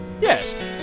Yes